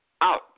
out